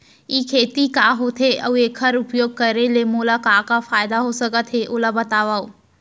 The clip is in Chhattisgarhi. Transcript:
ई खेती का होथे, अऊ एखर उपयोग करे ले मोला का का फायदा हो सकत हे ओला बतावव?